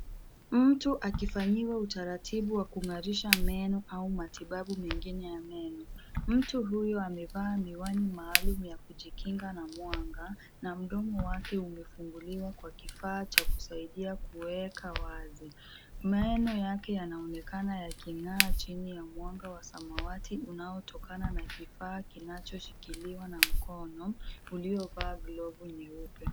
Mtu akifanyiwa utaratibu wa kung'arisha meno au matibabu mengine ya meno. Mtu huyo amevaa miwani maalum ya kujikinga na mwanga na mdomo wake umefunguliwa kwa kifaa cha kusaidia kuweka wazi. Meno yake yanaonekana yaking'aa chini ya mwanga wa samawati unaotokana na kifaa kinachoshikiliwa na mkono, uliovaa glavu nyeupe.